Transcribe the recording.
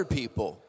people